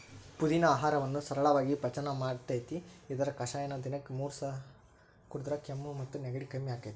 ಪುದಿನಾ ಆಹಾರವನ್ನ ಸರಳಾಗಿ ಪಚನ ಮಾಡ್ತೆತಿ, ಇದರ ಕಷಾಯನ ದಿನಕ್ಕ ಮೂರಸ ಕುಡದ್ರ ಕೆಮ್ಮು ಮತ್ತು ನೆಗಡಿ ಕಡಿಮಿ ಆಕ್ಕೆತಿ